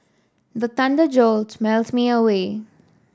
the thunder jolt me awake